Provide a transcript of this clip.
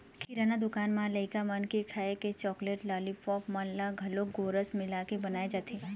किराना दुकान म लइका मन के खाए के चाकलेट, लालीपॉप मन म घलोक गोरस मिलाके बनाए जाथे